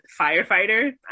firefighter